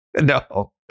No